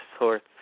sorts